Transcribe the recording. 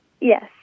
Yes